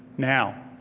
now,